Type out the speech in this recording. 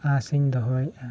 ᱟᱥᱤᱧ ᱫᱚᱦᱚᱭᱮᱜᱼᱟ